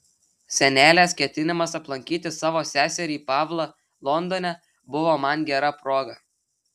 senelės ketinimas aplankyti savo seserį pavlą londone buvo man gera proga